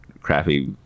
crappy